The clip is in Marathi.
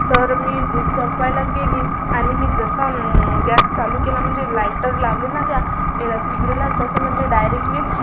तर मी दूध तापायला गेली आणि मी जसं गॅस चालू केला म्हणजे लायटर लावले ना त्या याला शेगडीला तसं म्हणजे डायरेक्टली